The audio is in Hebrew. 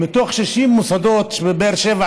מתוך 60 מוסדות שפועלים בבאר שבע,